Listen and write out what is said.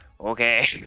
Okay